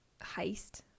heist